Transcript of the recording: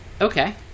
okay